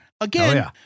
again